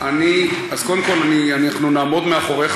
אז קודם כול, אנחנו נעמוד מאחוריך.